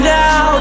now